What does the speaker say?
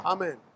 Amen